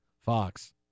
Fox